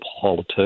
politics